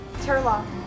Turlock